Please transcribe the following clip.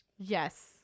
yes